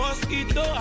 Mosquito